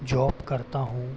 job करता हूँ